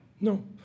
no